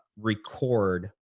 record